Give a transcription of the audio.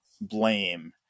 blame